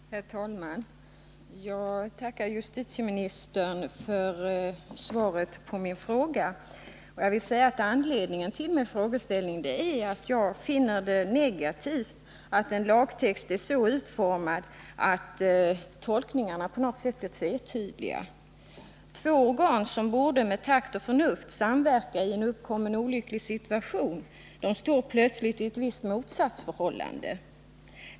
Herr talman! Jag tackar justitieministern för svaret på min fråga. Anledningen till min frågeställning är att jag finner det negativt att en lagtext är så utformad att tolkningarna på något sätt är tvetydiga. Två organ som med takt och förnuft samverkar i en uppkommen olycklig situation står plötsligt i ett visst motsatsförhållande till varandra.